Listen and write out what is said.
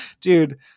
dude